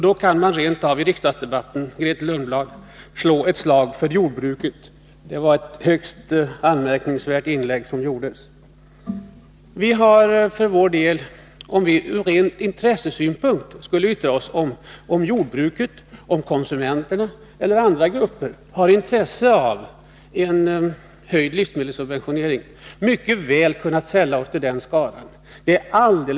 Då kan man rent av i riksdagsdebatten, Grethe Lundblad, slå ett slag för jordbruket. Det var ett högst anmärkningsvärt inlägg som gjordes. Vi hade för vår del, om vi skulle yttra oss om jordbruket, konsumenterna eller andra grupper eller skulle ha intresse av en höjd livsmedelssubventionering, mycket väl kunnat sälla oss till den skaran.